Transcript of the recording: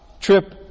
trip